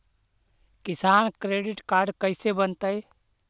किसान credit card कैसे बनतै?